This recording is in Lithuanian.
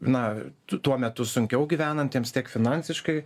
na tuo metu sunkiau gyvenantiems tiek finansiškai